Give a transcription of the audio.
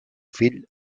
fill